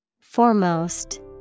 Foremost